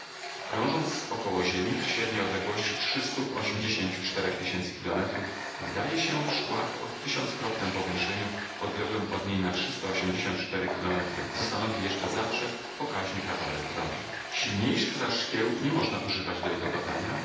krążąc około ziemi w średniej odległości trzystu ośmdziesięciu czterech tysięcy kilometrów wydaje się w szkłach o tysiąckrotnem powiększeniu odległym od niej na km co stanowi jeszcze zawsze pokaźny kawałek drogi silniejszych zaś szkieł nie można używać do jego badania